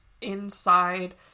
inside